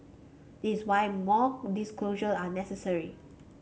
this is why more disclosure are necessary